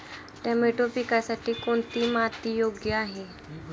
Tomato पिकासाठी कोणती माती योग्य आहे?